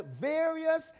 various